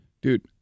Dude